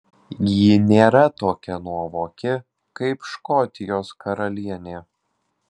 ji nėra tokia nuovoki kaip škotijos karalienė